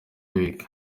week